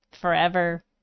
Forever